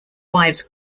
wives